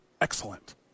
excellent